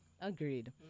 Agreed